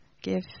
give